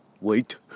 wait